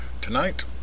Tonight